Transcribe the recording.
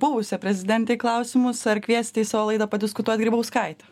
buvusią prezidentę į klausimus ar kviesti į savo laidą padiskutuot grybauskaitę